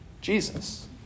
Jesus